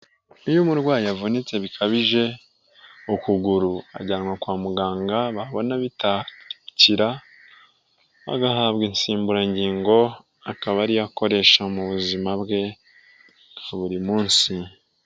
Iyo umurwayi avunitse bikabije ukuguru, ajyanwa kwa muganga babona bitakira, agahabwa insimburangingo, akaba ariyo akoresha mu buzima bwe bwa buri munsi.